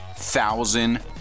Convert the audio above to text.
thousand